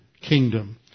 kingdom